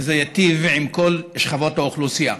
וזה ייטיב עם כל שכבות האוכלוסייה.